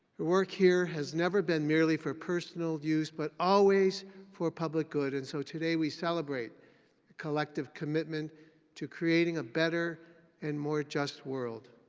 work here has never been merely for personal use but always for public good. and so today, we celebrate collective commitment to creating a better and more just world.